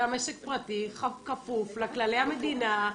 גם עסק פרטי כפוף לכללי המדינה,